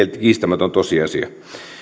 kiistämätön tosiasia